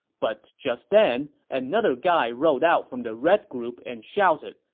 but just then, another guy rode out from the red group and shouted,